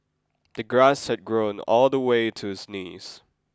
the grass had grown all the way to his knees